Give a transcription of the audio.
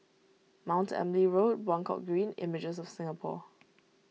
Mount Emily Road Buangkok Green Images of Singapore